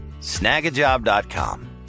Snagajob.com